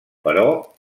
però